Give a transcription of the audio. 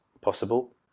possible